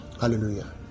Hallelujah